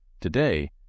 Today